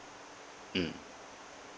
mm